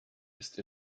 ist